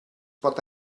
pot